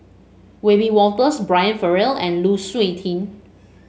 Wiebe Wolters Brian Farrell and Lu Suitin